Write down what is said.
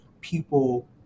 people